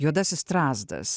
juodasis strazdas